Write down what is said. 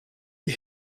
die